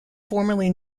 formerly